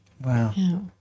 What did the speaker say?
Wow